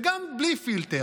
וגם בלי פילטר,